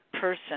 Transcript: person